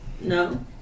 No